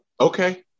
Okay